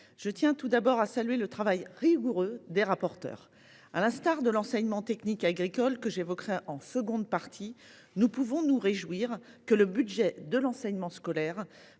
je tiens tout d’abord à saluer le travail rigoureux des rapporteurs. À l’instar de l’enseignement technique agricole, que j’évoquerai en seconde partie de mon propos, nous pouvons nous réjouir que le budget de l’enseignement scolaire,